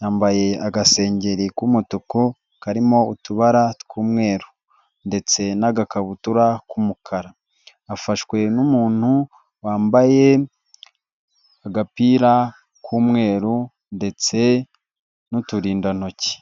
yambaye agasengeri k'umutuku karimo utubara tw'umweru, ndetse n'agakabutura k'umukara, afashwe n'umuntu wambaye agapira k'umweru ndetse n'uturindantoki.